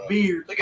Beard